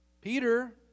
Peter